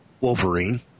Wolverine